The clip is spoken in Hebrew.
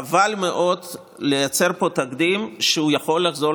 חבל מאוד לייצר פה תקדים שיכול לחזור